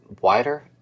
wider